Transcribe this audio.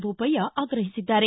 ದೋಪಯ್ಯ ಆಗ್ರಹಿಸಿದ್ದಾರೆ